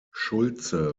schulze